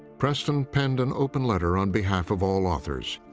preston penned an open letter on behalf of all authors.